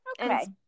Okay